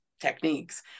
techniques